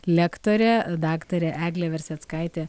lektorė daktarė eglė verseckaitė